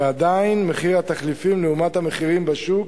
ועדיין מחיר התחליפים לעומת המחירים בשוק